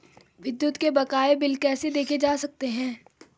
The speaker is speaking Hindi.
विद्युत के बकाया बिल कैसे देखे जा सकते हैं?